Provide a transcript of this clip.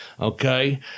okay